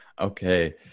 Okay